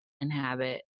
inhabit